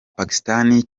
pakistani